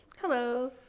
Hello